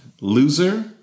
Loser